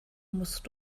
musst